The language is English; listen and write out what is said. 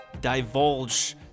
divulge